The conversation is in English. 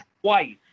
twice